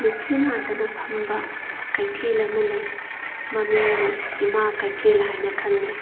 ꯅꯨꯄꯤ ꯉꯥꯛꯇꯅ ꯐꯝꯕ ꯀꯩꯊꯦꯜ ꯑꯃ ꯂꯩ ꯃꯃꯤꯡꯗꯤ ꯏꯃꯥ ꯀꯩꯊꯦꯜ ꯍꯥꯏꯅ ꯈꯪꯅꯩ